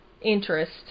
interest